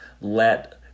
let